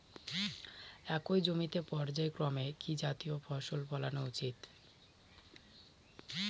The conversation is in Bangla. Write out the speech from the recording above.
একই জমিতে পর্যায়ক্রমে কি কি জাতীয় ফসল ফলানো উচিৎ?